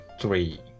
three